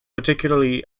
particularly